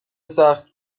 سخت